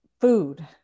food